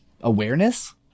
awareness